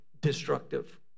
destructive